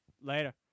later